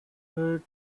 third